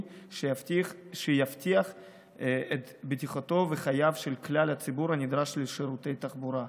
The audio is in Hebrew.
שיבטיח את בטיחותו וחייו של כלל הציבור הנדרש לשירותי תחבורה,